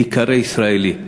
להיקרא ישראלי.